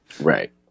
Right